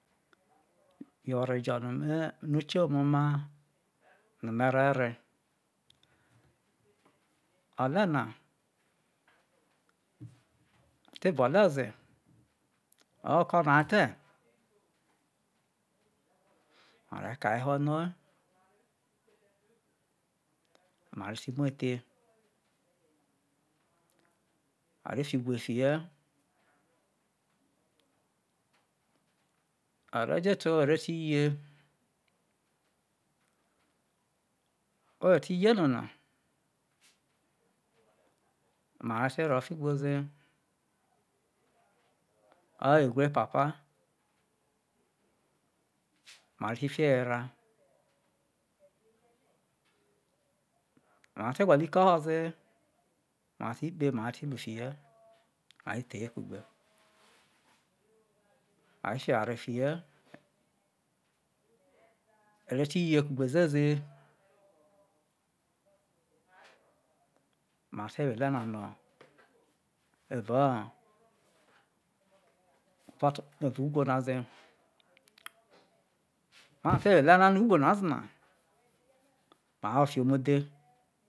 Yo̠ ore jo no ukie ome oma no me̠re̠ re o̠le̠ na ate vuo̠ ole̠ ze oroni ko̠ o̠no̠ a de̠ ma re ka e ho̠ noi mare it mvei the are fi ugwe fi ye̠ ore ti ye oje ti ye no na ma ve̠ tero̠ o̠figbo ze or ewri epapa ma re ti fi e ho era ma rete gwo̠lo̠ ike o̠ho̠ ze ve ti kpe ma ku fi ye are theye kugbe a re fi eware fi ye ore ti ye kugbe ziezi ma ve te wo elo̠ na no evo epot no evau ugwo na ze ma te wo ele na no ugwo na ze na ma wafi ho omo dhe.